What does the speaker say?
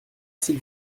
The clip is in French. s’il